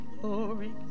glory